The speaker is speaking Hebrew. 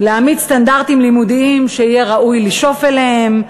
להעמיד סטנדרטים לימודיים שיהיה ראוי לשאוף אליהם,